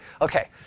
okay